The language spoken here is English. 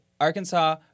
Arkansas